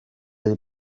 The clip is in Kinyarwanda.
y’u